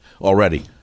already